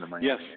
Yes